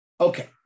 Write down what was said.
Okay